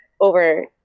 over